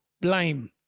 blame